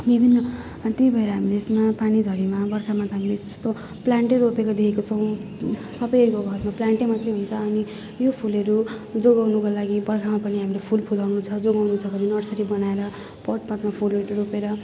त्यही भएर हामीले यसमा पानीझरीमा बर्खामा त हामीले प्लान्टै रोपिदिएको देखेको छौँ सबैहरूको घरमा प्लान्टै मात्रै हुन्छ अनि यो फुलहरू जोगाउनुको लागि बर्खामा पनि हामीले फुल फुलाउनु छ जोगाउनु छ भने नर्सरी बनाएर पट पटमा फुलहरू रोपेर